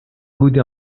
goude